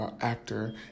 actor